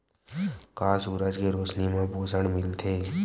का सूरज के रोशनी म पोषण मिलथे?